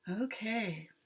Okay